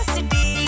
City